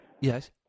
Yes